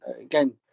again